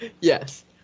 Yes